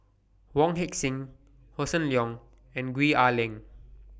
Wong Heck Sing Hossan Leong and Gwee Ah Leng